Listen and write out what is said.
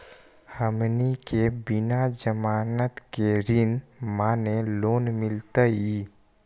हमनी के बिना जमानत के ऋण माने लोन मिलतई?